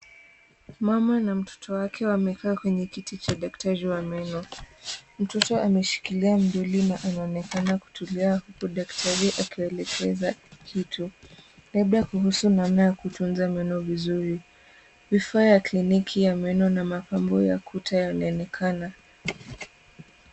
Mama na mtoto wake wamekaa kwenye kiti cha daktari wa meno. Mtoto ameshikilia mdoli na mtoto anaonekana kutulia huku daktari akiwaelekeza kitu, labda kuhusu namna ya kutunza meno vizuri. Vifaa vya kliniki ya meno na mapambo ya kuta yanaonekana.